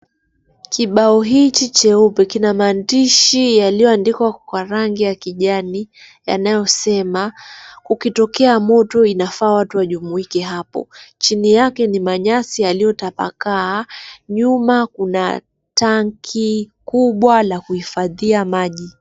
Kibao hichi cheupe kina maandishi yaliyoandikwa kwa rangi ya kijani yanayosema kukitokea moto inafaa watu wajumuike hapo. Chini yake ni manyasi yaliyotapakaa. Nyuma kuna tanki kubwa la kuhifadhia maji.